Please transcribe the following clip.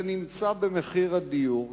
זה נמצא במחיר הדיור,